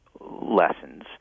lessons